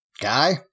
Guy